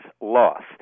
loss